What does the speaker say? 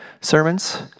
sermons